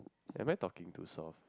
am I talking too soft